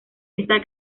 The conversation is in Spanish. está